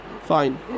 Fine